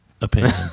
opinion